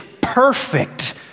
perfect